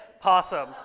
possum